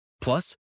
Plus